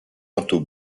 manteau